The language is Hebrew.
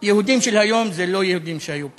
יהודים של היום זה לא יהודים שהיו פעם,